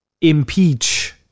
impeach